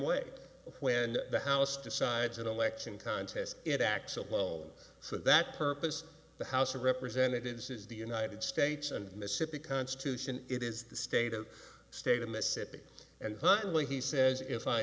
way when the house decides an election contest it acts alone so that purpose the house of representatives is the united states and mississippi constitution it is the state of state of mississippi and hotly he says if i